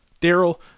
Daryl